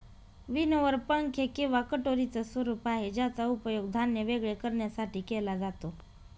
winnower पंखे किंवा कटोरीच स्वरूप आहे ज्याचा उपयोग धान्य वेगळे करण्यासाठी केला जातो